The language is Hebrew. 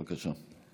בבקשה.